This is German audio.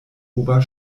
ober